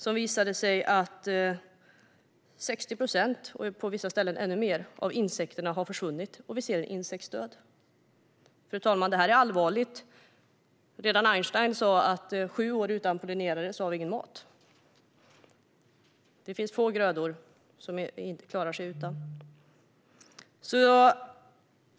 Den visade att 60 procent - på vissa ställen ännu mer - av insekterna har försvunnit. Vi ser en insektsdöd. Fru talman! Detta är allvarligt. Redan Einstein sa: Sju år utan pollinerare så finns ingen mat. Det finns få grödor som klarar sig utan pollinerare.